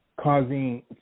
causing